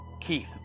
Keith